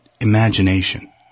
imagination